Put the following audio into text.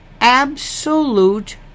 absolute